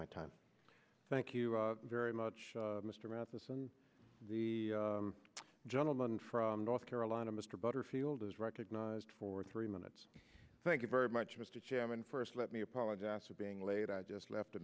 my time thank you very much mr matheson the gentleman from north carolina mr butterfield is recognized for three minutes thank you very much mr chairman first let me apologize for being late i just left a